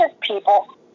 people